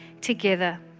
together